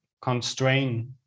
constraint